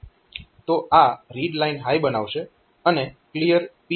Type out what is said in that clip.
તો આ read line high બનાવશે અને ક્લિયર P3